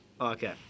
Okay